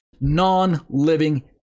non-living